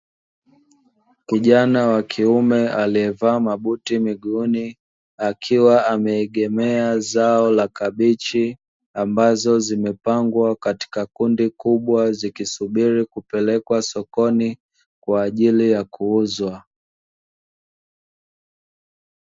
Kijana wa kiume aliyevaa mabuti miguuni akiwa ameegemea zao la kabichi ambazo zimepangwa katika kundi kubwa zikisubiri kupelekwa sokoni kwa ajili ya kuuzwa.